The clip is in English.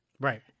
Right